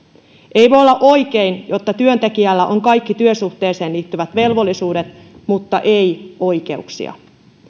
ei voi olla oikein että työntekijällä on kaikki työsuhteeseen liittyvät velvollisuudet mutta ei oikeuksia